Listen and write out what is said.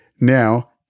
Now